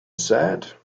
said